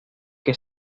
que